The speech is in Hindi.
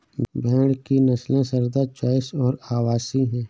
भेड़ की नस्लें सारदा, चोइस और अवासी हैं